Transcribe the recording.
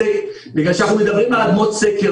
בגלל שאנחנו מדברים על אדמות סקר,